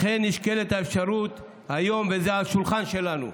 לכן נשקלת האפשרות היום וזה על השולחן שלנו,